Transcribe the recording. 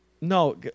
No